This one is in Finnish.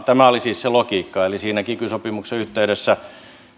tämä oli siis se logiikka eli siinä kiky sopimuksen yhteydessä